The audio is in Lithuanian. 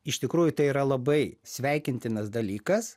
iš tikrųjų tai yra labai sveikintinas dalykas